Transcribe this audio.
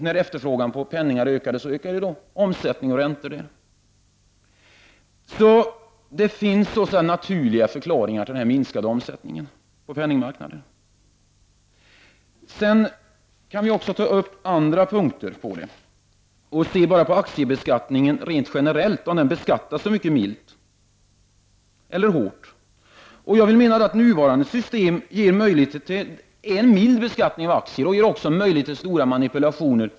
När efterfrågan på pengar ökade, då ökade också omsättningen, varpå räntorna höjdes. Det finns alltså naturliga förklaringar till den minskade omsättningen på penningmarknaden. Låt oss se på aktiebeskattningen rent generellt och fråga oss om beskattningen är mild eller hård. Jag anser att nuvarande regler ger möjligheter till en mycket mild beskattning av aktier och stora manipulationer.